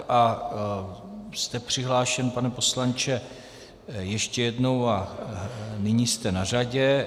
A jste přihlášen, pane poslanče, ještě jednou a nyní jste na řadě.